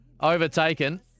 overtaken